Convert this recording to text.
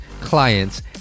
clients